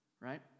Right